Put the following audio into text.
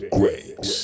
Grace